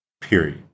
period